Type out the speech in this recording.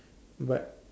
but